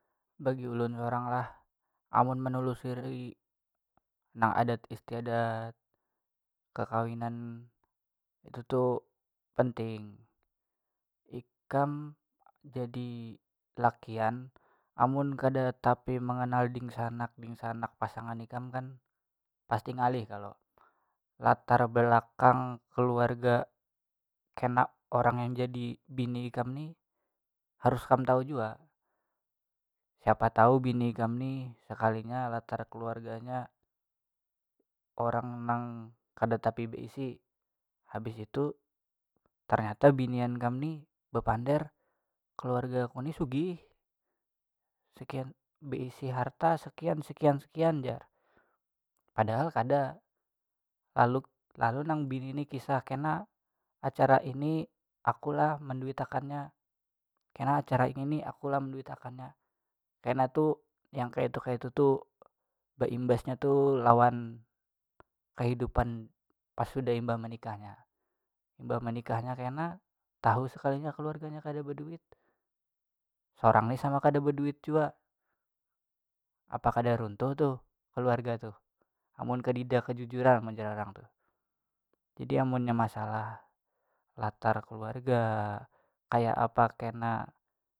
Bagi ulun sorang lah amun menelusuri nang adat istiadat, kakawinan itu tu penting ikam jadi lakian amun kada tapi manganal dingsanak dingsanak pasangan ikam kan pasti ngalih kalo latar belakang keluarga kena orang yang jadi bini ikam nih harus kam tahu jua siapa tahu bini ikam ni sakalinya latar keluarganya orang nang kada tapi beisi habis itu ternyata binian ikam ni bepander keluargaku ni sugih sekian- beisi harta sekian sekian sekian jar padahal kada lalu- lalu nang bini ni kisah kena acara ini aku lah menduit akannya kena acara ini ni akulah menduit akannya, kena tu yang kayatu kayatu tu beimbasnya tu lawan kahidupan pas sudah imbah menikahnya, imbah manikahnya kena tahu sekalinya keluarganya kada beduit, sorang ni sama kada beduit jua apa kada runtuh tuh kaluarga tuh, amun kadida kajujuran mun jar orang tu, jadi amunnya masalah latar keluarga kaya apa kena.